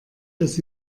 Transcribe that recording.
das